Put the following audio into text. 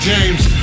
James